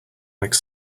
like